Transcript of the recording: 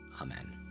Amen